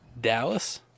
Dallas